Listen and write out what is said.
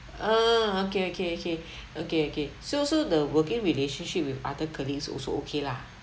ah okay okay okay okay okay so so the working relationship with other colleagues also okay lah